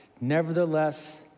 nevertheless